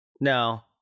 No